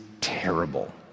terrible